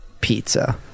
pizza